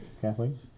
Kathleen